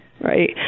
right